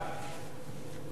המסחר